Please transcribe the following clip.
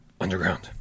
Underground